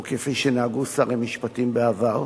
או כפי שנהגו שרי משפטים בעבר.